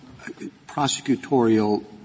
prosecutorial